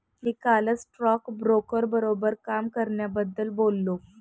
मी कालच स्टॉकब्रोकर बरोबर काम करण्याबद्दल बोललो